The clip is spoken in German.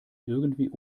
irgendwie